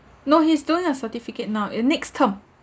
no he's doing a certificate now eh next term